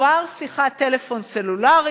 כבר שיחת טלפון סלולרי.